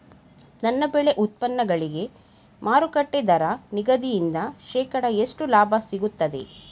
ನನ್ನ ಬೆಳೆ ಉತ್ಪನ್ನಗಳಿಗೆ ಮಾರುಕಟ್ಟೆ ದರ ನಿಗದಿಯಿಂದ ಶೇಕಡಾ ಎಷ್ಟು ಲಾಭ ಸಿಗುತ್ತದೆ?